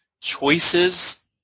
Choices